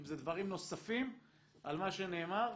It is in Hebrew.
אם זה דברים נוספים על מה שנאמר,